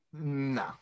no